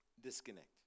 Disconnect